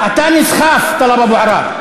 אתה נסחף, טלב אבו עראר.